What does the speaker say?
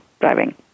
driving